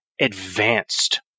advanced